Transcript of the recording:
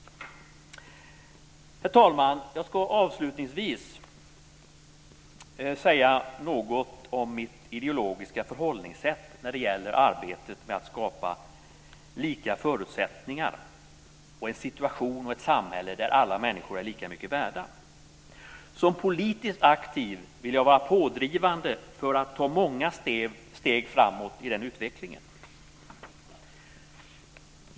Herr talman! Jag ska avslutningsvis säga något om mitt ideologiska förhållningssätt till arbetet med att skapa lika förutsättningar och en situation och ett samhälle där alla är lika mycket värda. Som politiskt aktiv vill jag vara pådrivande för att ta många steg framåt i den utvecklingen.